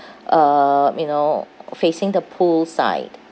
um you know facing the pool side